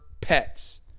pets